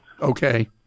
Okay